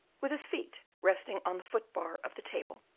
with his feet resting on the foot-bar of the table,